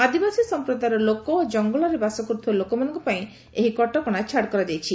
ଆଦିବାସୀ ସଂପ୍ରଦାୟର ଲୋକ ଓ ଜଙ୍ଗଲରେ ବାସ କରୁଥିବା ଲୋକମାନଙ୍କ ପାଇଁ ଏହି କଟକଣା ଛାଡ଼ କରାଯାଇଛି